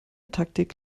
taktik